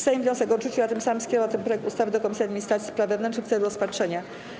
Sejm wniosek odrzucił, a tym samym skierował ten projekt ustawy do Komisji Administracji i Spraw Wewnętrznych w celu rozpatrzenia.